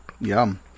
Yum